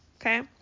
okay